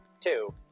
Two